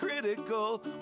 critical